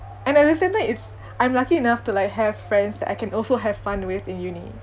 and at the same time it's I'm lucky enough to like have friends that I can also have fun with in uni